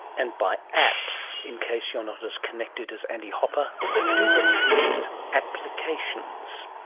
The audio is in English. and by apps, in case you're not as connected as andy hopper, i do believe he means applications.